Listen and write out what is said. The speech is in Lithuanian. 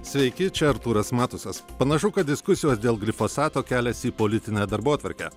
sveiki čia artūras matusas panašu kad diskusijos dėl glifosato keliasi į politinę darbotvarkę